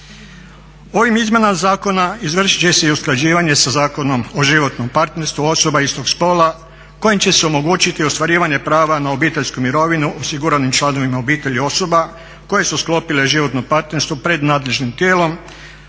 Ovim izmjenama zakona izvršit će se i usklađivanje sa Zakonom o životnom partnerstvu osoba istog spola kojim će se omogućiti ostvarivanje prava na obiteljsku mirovinu osiguranim članovima obitelji osoba koje su sklopile životno partnerstvo pred nadležnim tijelom